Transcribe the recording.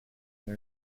they